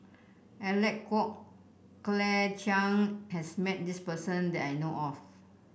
Alec Kuok Claire Chiang has met this person that I know of